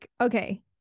Okay